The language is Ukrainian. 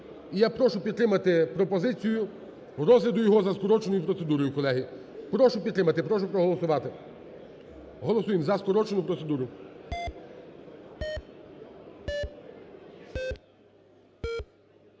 я прошу підтримати пропозицію розгляду його за скороченою процедурою, колеги. Прошу підтримати, прошу проголосувати. Голосуємо за скорочену процедуру.